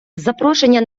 запрошення